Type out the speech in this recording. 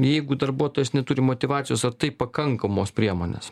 jeigu darbuotojas neturi motyvacijos ar tai pakankamos priemonės